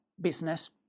business